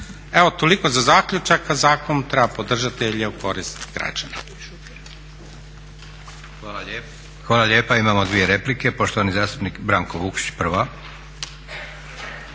Evo toliko za zaključak, a zakon treba podržati jer je u korist građana. **Leko, Josip (SDP)** Hvala lijepa. Imamo dvije replike. Poštovani zastupnik Branko Vukšić prva.